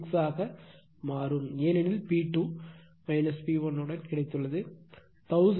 6 ஆக மாறும் ஏனெனில் P2 P2 P1 உடன் கிடைத்துள்ளது 1497